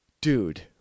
Dude